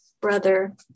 brother